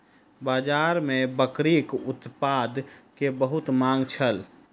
बाजार में बकरीक उत्पाद के बहुत मांग छल